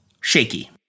shaky